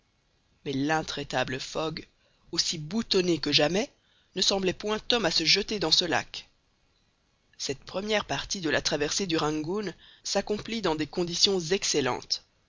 mais l'intraitable fogg aussi boutonné que jamais ne semblait point homme à se jeter dans ce lac cette première partie de la traversée du rangoon s'accomplit dans des conditions excellentes